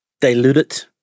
diluted